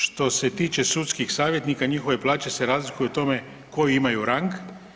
Što se tiče sudskih savjetnika njihove plaće se razlikuju o tome koji imaju rang.